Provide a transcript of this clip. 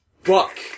Fuck